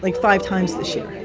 like five times this year.